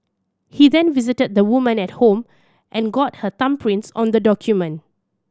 he then visited the woman at the home and got her thumbprints on the document